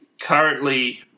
currently